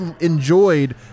enjoyed